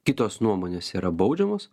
kitos nuomonės yra baudžiamos